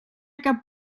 cap